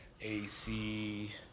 AC